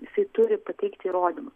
jisai turi pateikti įrodymus